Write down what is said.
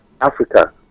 africa